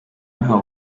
ntaho